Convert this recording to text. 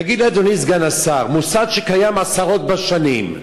תגיד, אדוני סגן השר, מוסד שקיים עשרות בשנים,